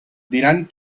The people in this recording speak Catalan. diran